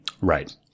Right